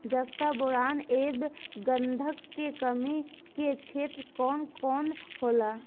जस्ता बोरान ऐब गंधक के कमी के क्षेत्र कौन कौनहोला?